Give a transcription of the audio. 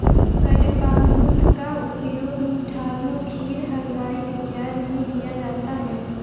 कडपहनुत का उपयोग मिठाइयों खीर हलवा इत्यादि में किया जाता है